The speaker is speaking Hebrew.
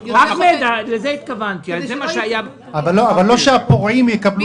אבל לא שהפורעים יקבלו פיצוי.